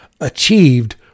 achieved